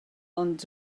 ond